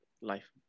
life